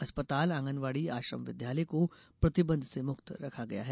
अस्पताल आंगनवाड़ी आश्रम विद्यालय को प्रतिबंध से मुक्त रखा गया है